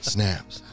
Snaps